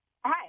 Hi